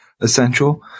essential